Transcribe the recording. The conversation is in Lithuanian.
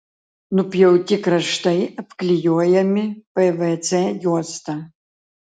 nupjauti kraštai apklijuojami pvc juosta